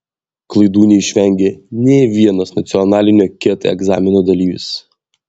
klaidų neišvengė nė vienas nacionalinio ket egzamino dalyvis